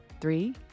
Three